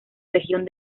región